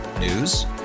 News